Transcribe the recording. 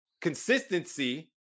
Consistency